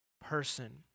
person